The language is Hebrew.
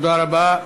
תודה רבה.